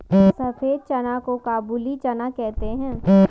सफेद चना को काबुली चना कहते हैं